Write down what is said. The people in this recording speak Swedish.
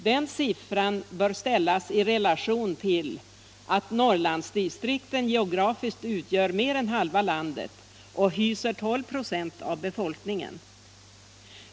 Den siffran bör ställas i relation till att Norrlandsdistrikten geografiskt debatt Allmänpolitisk debatt utgör mer än halva landet och hyser 12 ”.» av befolkningen.